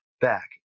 back